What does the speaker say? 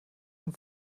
zum